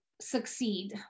succeed